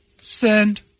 Send